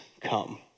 come